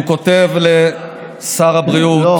(חבר הכנסת יואב קיש יוצא מאולם המליאה.) הוא כותב לשר הבריאות,